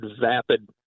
vapid